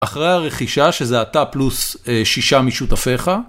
אחרי הרכישה, שזה אתה פלוס שישה משותפיך.